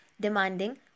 demanding